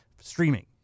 streaming